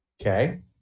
Okay